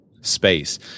space